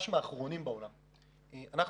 מהאחרונים בעולם,